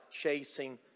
chasing